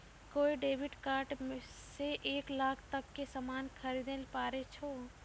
कोय debit card से एक लाख तक के सामान खरीदैल पारै छो